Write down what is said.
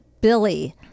Billy